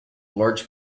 large